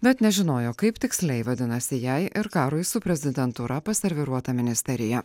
bet nežinojo kaip tiksliai vadinasi jai ir karui su prezidentūra paserviruota ministerija